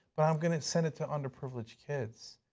but i'm gonna send it to underprivileged kids.